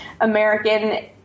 American